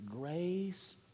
grace